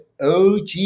OG